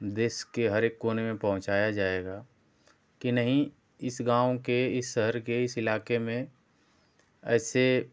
देश के हरेक कोने में पहुँचाया जाएगा कि नहीं इस गाँव के इस शहर इस इलाके में ऐसे